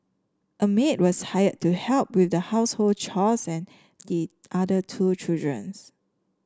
a maid was hired to help with the household chores and the other two children